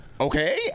Okay